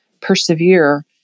persevere